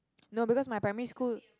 no because my primary school